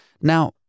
Now